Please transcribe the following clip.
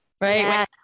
right